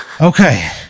okay